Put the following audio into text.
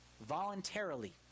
voluntarily